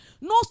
No